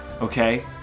okay